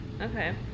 Okay